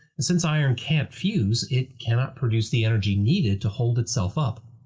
and since iron can't fuse, it cannot produce the energy needed to hold itself up.